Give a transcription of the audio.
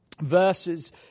verses